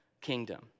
kingdom